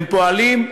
הם פועלים.